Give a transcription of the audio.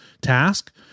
task